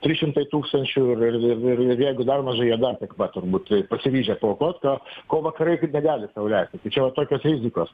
trys šimtai tūkstančių ir ir ir ir ir jeigu dar mažai jie dar matom būtų pasiryžę paaukot to ko vakarai kaip negali sau leisti tai čia vat tokios rizikos